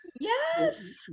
Yes